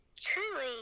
truly